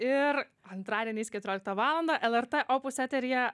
ir antradieniais keturioliktą valandą lrt opus eteryje